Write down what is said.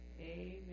Amen